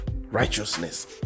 Righteousness